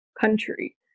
country